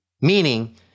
Meaning